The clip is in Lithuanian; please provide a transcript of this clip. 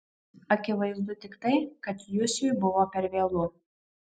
akivaizdu tik tai kad jusiui buvo per vėlu